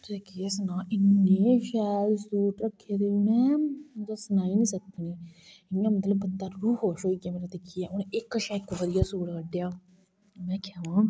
गे अस तुसेंगी केह् सनांऽ इन्ने शैल सूट के में सनाई नेईं सकदी इयां मतलब बंदा रूह खुश होई जाए दिक्खियै उन्न इक शा इक बधिया सूट कड्ढेआ उनें ई में आक्खेआ